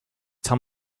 tell